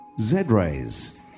Z-Rays